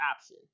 option